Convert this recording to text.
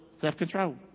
self-control